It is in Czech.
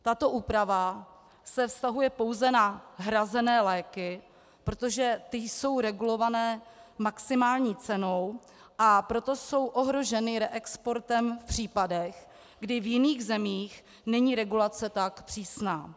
Tato úprava se vztahuje pouze na hrazené léky, protože ty jsou regulovány maximální cenou, a proto jsou ohroženy reexportem v případech, kdy v jiných zemích není regulace tak přísná.